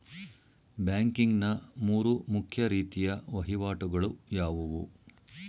Banking ನ ಮೂರು ಮುಖ್ಯ ರೀತಿಯ ವಹಿವಾಟುಗಳು ಯಾವುವು?